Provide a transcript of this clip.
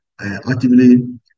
actively